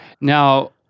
Now